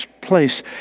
place